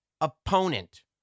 opponent